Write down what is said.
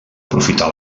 aprofitar